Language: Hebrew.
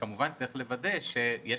וכמובן צריך לוודא שיש